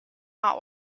hot